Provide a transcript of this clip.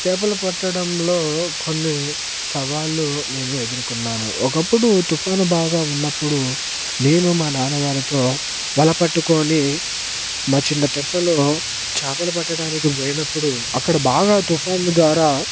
చేపలు పట్టడంలో కొన్ని సవాళ్లు నేను ఎదురుకున్నాను ఒకప్పుడు తుఫాను బాగా ఉన్నప్పుడు నేను మా నాన్న గారితో వల పట్టుకొని మా చిన్న తెప్పలో చేపలు పట్టటానికి పోయినప్పుడు అక్కడ బాగా తుఫాను ద్వారా